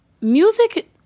Music